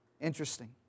Interesting